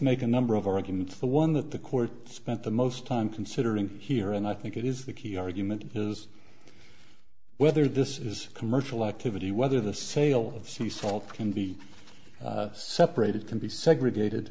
make a number of arguments the one that the court spent the most time considering here and i think it is the key argument is whether this is commercial activity whether the sale of some salt can be separated can be segregated